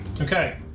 Okay